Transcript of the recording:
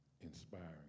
inspiring